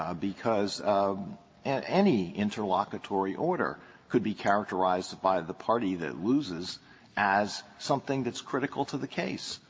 um because and any interlocutory order could be characterized by the party that loses as something that's critical to the case.